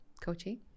coaching